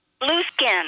Blueskin